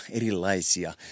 erilaisia